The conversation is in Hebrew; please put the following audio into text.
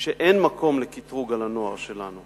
שאין מקום לקטרוג על הנוער שלנו.